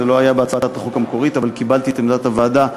זה לא היה בהצעת החוק המקורית אבל קיבלתי את עמדת הוועדה,